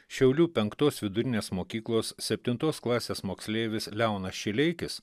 šiaulių penktos vidurinės mokyklos septintos klasės moksleivis leonas šileikis